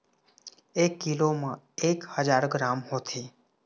एक कीलो म एक हजार ग्राम होथे